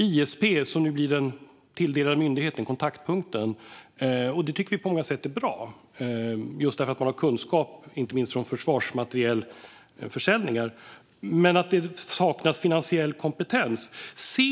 ISP är den myndighet som blir kontaktpunkt. Det tycker vi på många sätt är bra just eftersom man har kunskap om inte minst försvarsmaterielförsäljningar. Men det saknas finansiell kompetens, vilket vi moderater har påpekat.